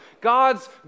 God's